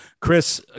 Chris